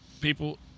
people